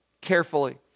carefully